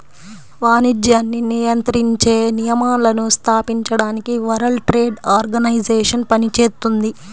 వాణిజ్యాన్ని నియంత్రించే నియమాలను స్థాపించడానికి వరల్డ్ ట్రేడ్ ఆర్గనైజేషన్ పనిచేత్తుంది